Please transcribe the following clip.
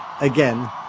again